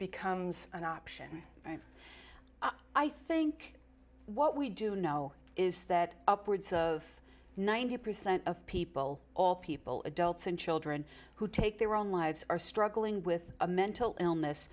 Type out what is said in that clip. becomes an option i think what we do know is that upwards of ninety percent of people all people adults and children who take their own lives are struggling with a mental illness